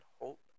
hope